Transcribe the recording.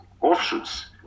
offshoots